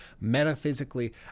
metaphysically